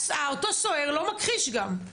אותו סוהר לא מכחיש גם,